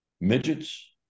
midgets